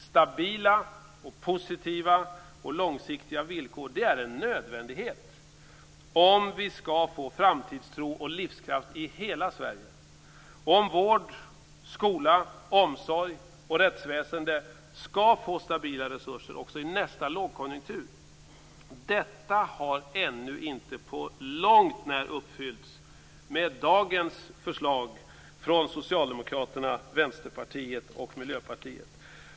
Stabila, positiva och långsiktiga villkor är en nödvändighet om vi skall få framtidstro och livskraft i hela Sverige och om vård, skola, omsorg och rättsväsende skall få stabila resurser också i nästa lågkonjunktur. Detta har ännu inte på långt när uppfyllts med dagens förslag från Socialdemokraterna, Vänsterpartiet och Miljöpartiet.